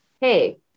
hey